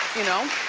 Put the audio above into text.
you know.